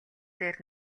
дээр